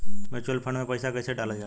Mutual fund मे पईसा कइसे डालल जाला?